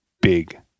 big